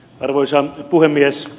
arvoisa puhemies